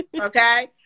Okay